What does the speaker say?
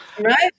Right